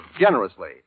generously